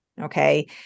okay